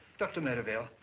doctor merrivale,